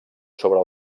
sobre